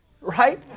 right